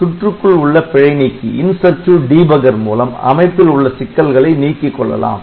அடுத்து சுற்றுக்குள் உள்ள பிழை நீக்கி மூலம் அமைப்பில் உள்ள சிக்கல்களை நீக்கிக் கொள்ளலாம்